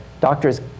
doctors